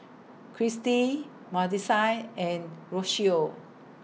Christie Madisyn and Rocio